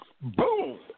Boom